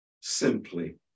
simply